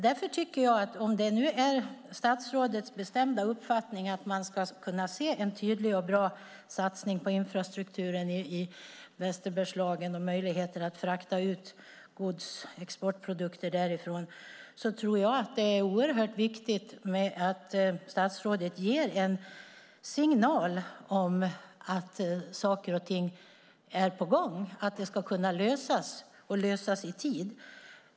Om det nu är statsrådets bestämda uppfattning att man ska kunna se en tydlig och bra satsning på infrastrukturen i Västerbergslagen och möjligheter att frakta ut gods, exportprodukter, därifrån tror jag att det är oerhört viktigt att statsrådet ger en signal om att saker och ting är på gång, att problemen ska kunna lösas, och lösas i tid.